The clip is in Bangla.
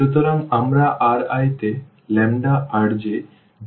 সুতরাং আমরা Ri তে Rj যুক্ত করেছি